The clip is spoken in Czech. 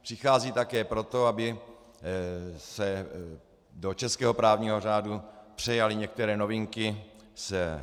Přichází také proto, aby se do českého právního řádu přejaly některé novinky z EU.